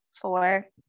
four